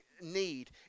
need